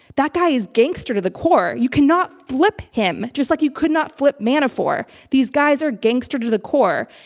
that guy is gangster to the core! you cannot flip him. just like you could not flip manafort. these guys are gangster to the core.